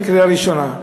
בקריאה ראשונה.